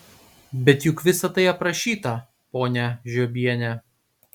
bet juk visa tai aprašyta ponia žiobiene